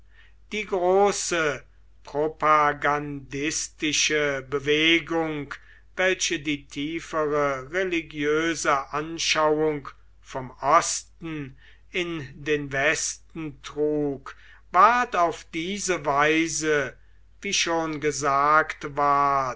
die große propagandistische bewegung welche die tiefere religiöse anschauung vom osten in den westen trug ward auf diese weise wie schon gesagt ward